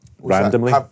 randomly